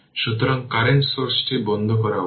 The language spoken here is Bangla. সুতরাং কারেন্ট সোর্সটি বন্ধ করা উচিত